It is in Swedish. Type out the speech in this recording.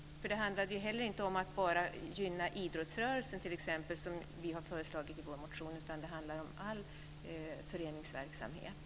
Det handlar ju inte heller om att bara gynna t.ex. idrottsrörelsen, som vi har föreslagit i vår motion, utan det handlar om all föreningsverksamhet.